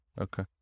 Okay